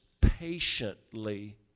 patiently